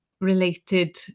related